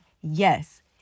yes